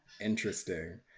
interesting